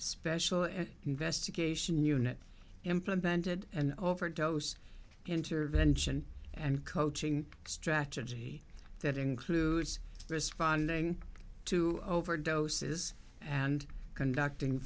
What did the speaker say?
special investigation unit implemented an overdose intervention and coaching strategy that includes responding to overdoses and conducting